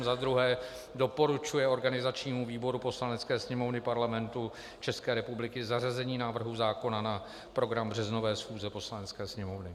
Za druhé doporučuje organizačnímu výboru Poslanecké sněmovny Parlamentu České republiky zařazení návrhu zákona na program březnové schůze Poslanecké sněmovny.